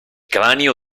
cranio